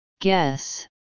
Guess